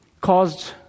Caused